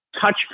touch